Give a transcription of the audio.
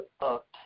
up